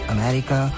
America